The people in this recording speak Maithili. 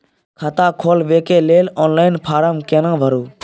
खाता खोलबेके लेल ऑनलाइन फारम केना भरु?